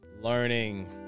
learning